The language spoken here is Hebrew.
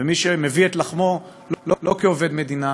ומי שמביא את לחמו לא כעובד מדינה,